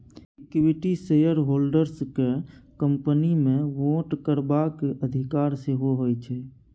equity shareholders केँ company मे vote करबाक अधिकार सेहो होइ छै